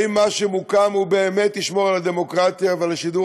האם מה שמוקם באמת ישמור על הדמוקרטיה ועל השידור